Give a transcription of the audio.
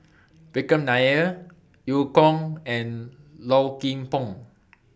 Vikram Nair EU Kong and Low Kim Pong